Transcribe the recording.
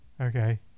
Okay